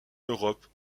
europe